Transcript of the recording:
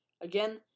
again